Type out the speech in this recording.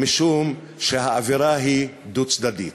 משום שהעבירה היא דו-צדדית.